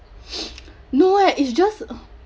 no eh it's just